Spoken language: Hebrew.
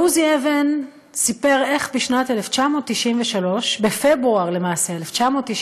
עוזי אבן סיפר איך בשנת 1993, למעשה בפברואר 1993,